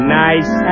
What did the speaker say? nice